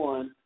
One